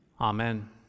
amen